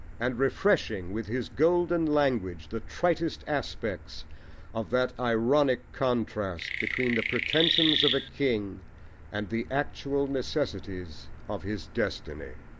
and refreshing with his golden language the tritest aspects of that ironic contrast between the pretensions of a king and the actual necessities of his destiny.